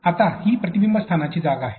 आता ही प्रतिबिंब स्थानची जागा आहे